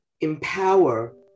empower